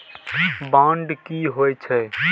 Bond की होई छै?